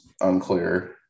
unclear